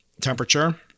temperature